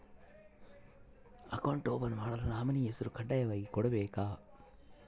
Account open ಮಾಡಲು nominee ಹೆಸರು ಕಡ್ಡಾಯವಾಗಿ ಕೊಡಬೇಕಾ?